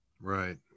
right